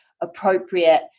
appropriate